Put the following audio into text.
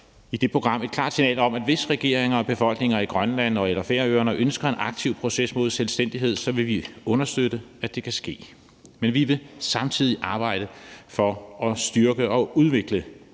i det program et klart signal om, at hvis regeringer og befolkninger i Grønland og Færøerne ønsker en aktiv proces mod selvstændighed, vil vi understøtte, at det kan ske, men vi vil samtidig arbejde for at styrke og udvikle